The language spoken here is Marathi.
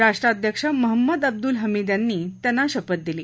राष्ट्राध्यक्ष महम्मद अब्दुल हमिद यांनी त्यांना शपथ दिली